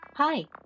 Hi